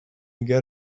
get